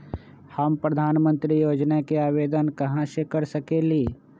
हम प्रधानमंत्री योजना के आवेदन कहा से कर सकेली?